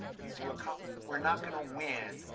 you do a co we're not going to win.